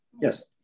yes